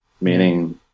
Meaning